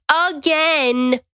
again